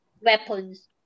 weapons